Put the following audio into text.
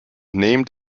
named